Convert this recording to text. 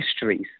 histories